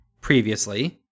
previously